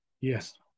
yes